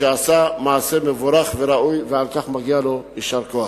שעשה מעשה מבורך וראוי ועל כך מגיע לו יישר כוח.